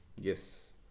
Yes